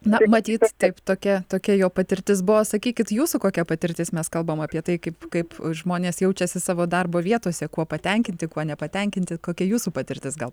na matyt taip tokia tokia jo patirtis buvo sakykit jūsų kokia patirtis mes kalbam apie tai kaip kaip žmonės jaučiasi savo darbo vietose kuo patenkinti kuo nepatenkinti kokia jūsų patirtis gal